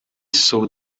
saw